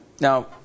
Now